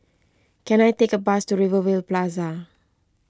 can I take a bus to Rivervale Plaza